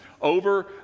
Over